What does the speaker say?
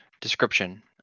description